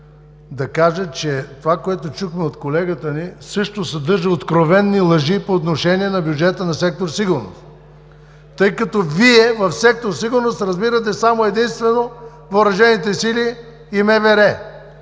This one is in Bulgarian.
да кажа, че това, което чухме от колегата ни, съдържа откровени лъжи по отношение на бюджета на сектор „Сигурност“. Вие под сектор „Сигурност“ разбирате само и единствено Въоръжените сили и МВР.